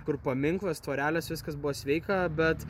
kur paminklas tvorelės viskas buvo sveika bet